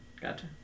Gotcha